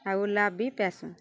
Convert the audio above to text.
ଆଉ ଲାଭ୍ ବିି ପାଏସୁଁ